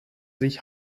sich